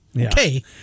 Okay